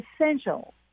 essential